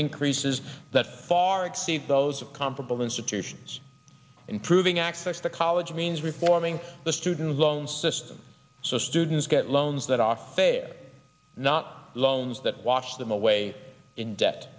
increases that far exceed those of comparable institutions improving access to college means reforming the student loan system so students get loans that are failing not loans that wash them away in debt